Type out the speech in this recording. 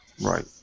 Right